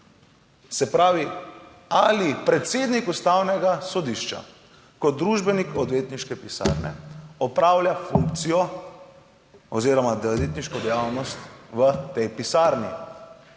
Se pravi, ali predsednik Ustavnega sodišča kot družbenik odvetniške pisarne opravlja funkcijo oziroma odvetniško dejavnost v tej pisarni?